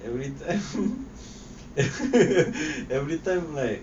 everytime everytime like